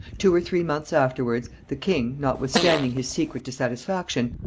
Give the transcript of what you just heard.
two or three months afterwards, the king, notwithstanding his secret dissatisfaction,